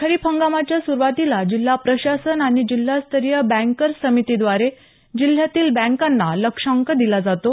खरीप हंगामाच्या सुरुवातीला जिल्हा प्रशासन आणि जिल्हास्तरीय बॅकर समितीद्वारे जिल्ह्यातील बँकांना लक्षांक दिला जातो